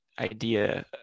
idea